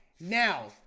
now